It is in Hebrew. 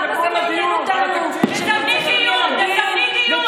למה זה מעניין אותנו שנרצחים ילדים ותינוקות